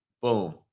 boom